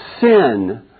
sin